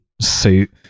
suit